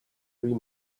three